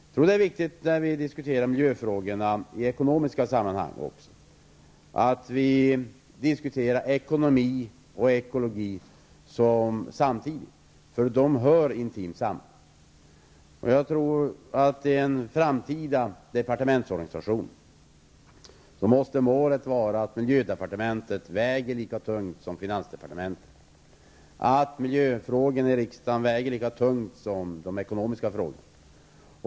Jag tror det är viktigt att vi också diskuterar miljöfrågorna i ekonomiska sammanhang. Vi behöver diskutera ekonomi och ekologi samtidigt. De hör intimt samman. Jag tror att i en framtida departementsorganisation måste målet vara att miljödepartementet väger lika tungt som finansdepartementet och att miljöfrågorna i riksdagen väger lika tungt som de ekonomiska frågorna.